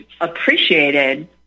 appreciated